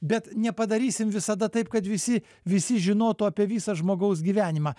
bet nepadarysim visada taip kad visi visi žinotų apie visą žmogaus gyvenimą